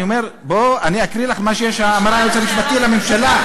אני אקריא לך מה שאמר היועץ המשפטי לממשלה.